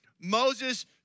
Moses